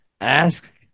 ask